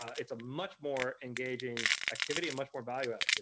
it's a much more engaging activity and much more value but